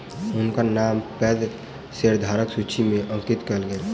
हुनकर नाम पैघ शेयरधारकक सूचि में अंकित कयल गेल